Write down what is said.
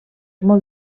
molt